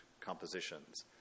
compositions